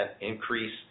increase